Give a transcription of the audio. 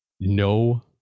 no